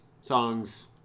songs